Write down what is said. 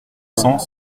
cents